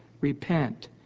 Repent